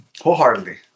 Wholeheartedly